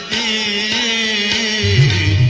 a